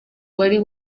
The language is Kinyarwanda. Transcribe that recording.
wari